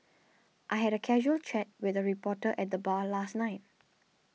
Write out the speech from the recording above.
I had a casual chat with a reporter at the bar last night